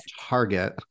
Target